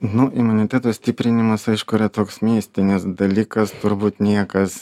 nu imuniteto stiprinimas aišku yra toks mistinis dalykas turbūt niekas